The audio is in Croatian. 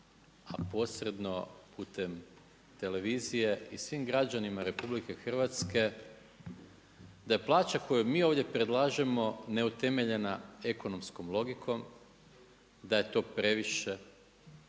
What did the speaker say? a posredno putem televizije i svim građanima RH da je plaća koju mi ovdje predlažemo neutemeljena ekonomskom logikom, da je to previše.